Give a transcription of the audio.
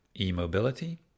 E-mobility